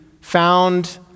found